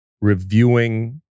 reviewing